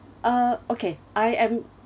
uh okay I am